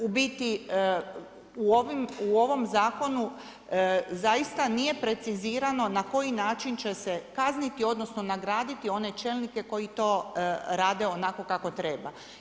U biti, u ovom zakonu zaista nije precizirano na koji način će se kazniti odnosno nagraditi one čelnike koji to rade onako kako treba.